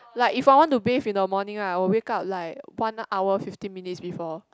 like if I want to bathe in the morning right I will wake up like one hour fifteen minutes before